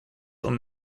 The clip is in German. und